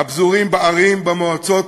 והם פזורים בערים, במועצות